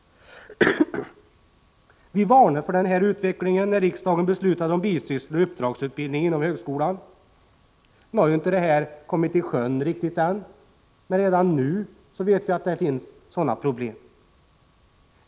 Vi varnade för denna utveckling när riksdagen beslutade om bisysslor och uppdragsutbildning inom högskolan. Denna verksamhet har inte riktigt satts i sjön än, men redan nu vet vi att det finns sådana här problem.